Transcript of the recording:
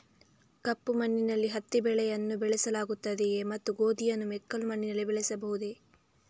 ಕಪ್ಪು ಮಣ್ಣಿನಲ್ಲಿ ಹತ್ತಿ ಬೆಳೆಯನ್ನು ಬೆಳೆಸಲಾಗುತ್ತದೆಯೇ ಮತ್ತು ಗೋಧಿಯನ್ನು ಮೆಕ್ಕಲು ಮಣ್ಣಿನಲ್ಲಿ ಬೆಳೆಯಬಹುದೇ?